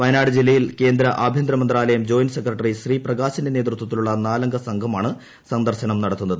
വയനാട് ജില്ലയിൽ കേന്ദ്ര ആഭ്യന്തര മന്ത്രാലയം ജോയിന്റ് സെക്രട്ടറി ശ്രീപ്രകാശിന്റെ നേതൃത്വത്തിലുളള നാലംഗ സംഘമാണ് സന്ദർശനം നടത്തുന്നത്